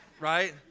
Right